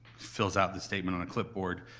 fills out the statement on a clipboard.